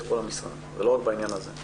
זה לא רק בעניין הזה.